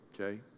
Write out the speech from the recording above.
Okay